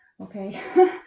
okay